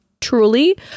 truly